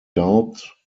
doubt